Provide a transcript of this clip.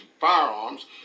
firearms